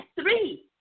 three